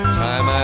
time